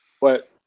But-